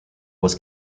was